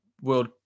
world